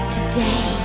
Today